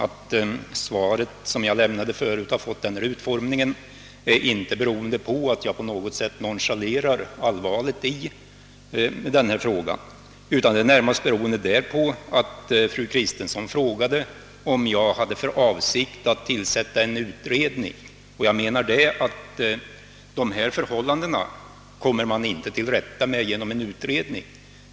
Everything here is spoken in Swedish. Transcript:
Herr talman! Utformningen av mitt svar beror inte på att jag nonchalerat allvaret i saken, utan närmast på att fru Kristensson frågade, om jag hade för avsikt att tillsätta en utredning. Jag menar nämligen att man inte kommer till rätta med dessa förhållanden genom att tillsätta en utredning.